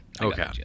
okay